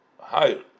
higher